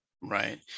Right